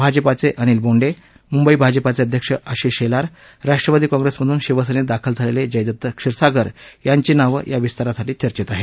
भाजपाचे अनिल बोंडे मुंबई भाजपाचे अध्यक्ष आशिष शेलार राष्ट्रवादी काँग्रेसमधून शिवसेनेत दालख झालेले जयदत्त क्षीरसागर यांची नावं या विस्तारासाठी चर्चेत आहेत